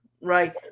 Right